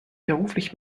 beruflich